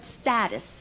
status